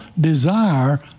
desire